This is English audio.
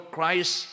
Christ